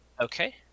Okay